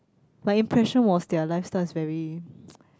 my impression was their lifestyle's very